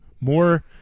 more